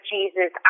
Jesus